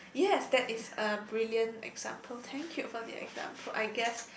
yes that is a brilliant example thank you for the example I guess